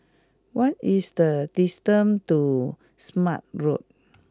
what is the distance to Smart Road